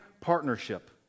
partnership